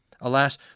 Alas